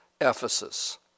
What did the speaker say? Ephesus